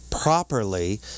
properly